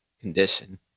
condition